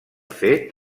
fet